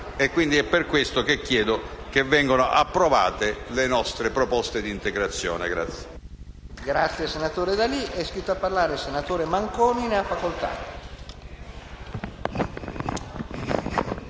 ed è per questo che chiedo vengano approvate le nostre proposte di integrazione.